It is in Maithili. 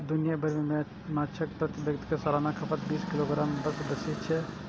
दुनिया भरि मे माछक प्रति व्यक्ति सालाना खपत बीस किलोग्राम सं बेसी छै